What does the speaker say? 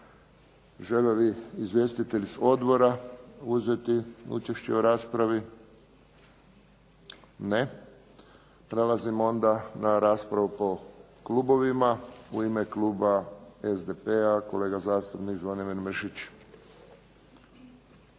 Žele li izvjestitelji odbora uzeti učešće o raspravi? Ne. Prelazimo onda na raspravu po klubovima. U ime kluba SDP-a, kolega zastupnik, Zvonimir Mršić.